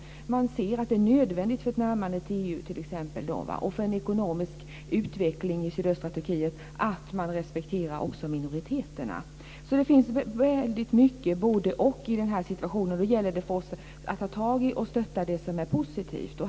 De ser att det är nödvändigt för t.ex. ett närmande till EU och för en ekonomisk utveckling i sydöstra Turkiet att man respekterar också minoriteterna. Det finns alltså väldigt mycket av båda dessa sidor i denna situation. Då gäller det för oss att ta tag i och stötta det som är positivt.